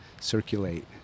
circulate